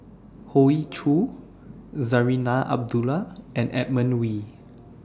Hoey Choo Zarinah Abdullah and Edmund Wee